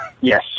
Yes